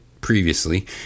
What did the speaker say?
previously